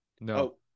No